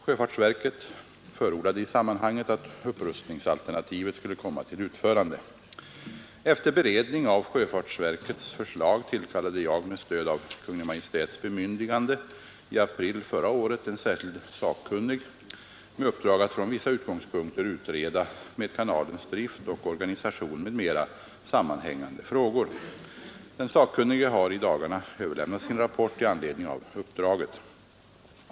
Sjöfartsverket förordade i sammanhanget att upprustningsalternativet skulle komma till utförande. Efter beredning av sjöfartsverkets förslag tillkallade jag med stöd av Kungl. Maj:ts bemyndigande i april förra året en särskild sakkunnig med uppdrag att från vissa utgångspunkter utreda med kanalens drift och organisation m.m. sammanhängande frågor. Den sakkunnige har i dagarna överlämnat sin rapport i anledning av uppdraget.